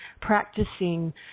practicing